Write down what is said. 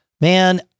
Man